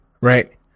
right